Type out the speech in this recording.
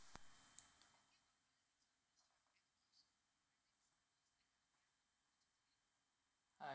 uh